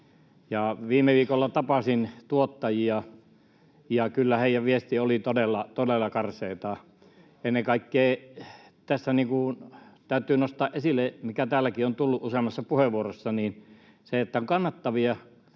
Viime viikolla tapasin tuottajia, ja kyllä heidän viestinsä oli todella karseata. Ennen kaikkea tässä täytyy nostaa esille, mikä täälläkin on tullut useammassa puheenvuorossa, että on kannattavia